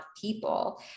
people